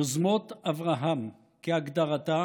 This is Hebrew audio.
"יוזמות אברהם" כהגדרתו